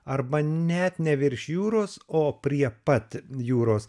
arba net ne virš jūros o prie pat jūros